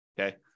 Okay